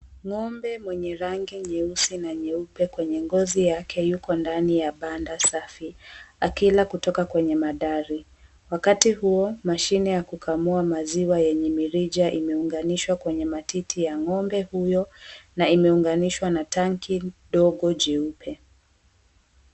Ng'ombe mwenye rangi nyeusi na nyeupe kwenye ngozi yake yuko ndani ya banda safi akila kutoka kwenye madari wakati huo, mashine ya kukamua maziwa yenye mrija umeunganishwa kwenye matiti ya ng'ombe huyo na imeunganishwa na tanki dogo jeupe.